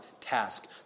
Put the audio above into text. task